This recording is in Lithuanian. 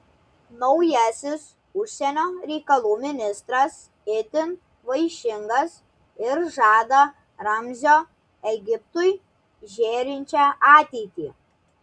naujasis užsienio reikalų ministras itin vaišingas ir žada ramzio egiptui žėrinčią ateitį